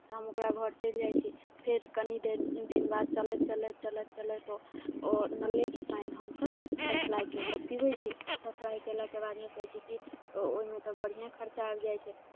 तऽ हम ओकरा घर चलि जाइ छी फेर कनी देर दिन बाद चलैत चलैत चलैत चलैत ओ ओ नलेके पानि हमसभ सप्लाइके पीबै छी सप्लाइ कयलाके बादमे कहै छै की ओहिमे तऽ बढ़िआँ खर्चा आबि जाइ छै